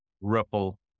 ripple